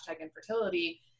infertility